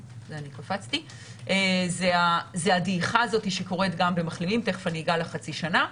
היא הדעיכה הזאת שקורית גם במחלימים תכף אני אגע לחצי שנה.